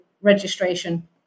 registration